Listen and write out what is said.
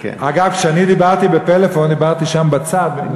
אגב, כשאני דיברתי בפלאפון, דיברתי שם בצד.